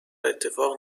اتفاق